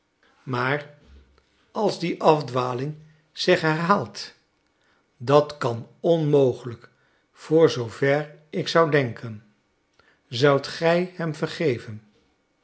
maar als die afdwaling zich herhaalt dat kan onmogelijk voor zoover ik zou denken zoudt gij hem vergeven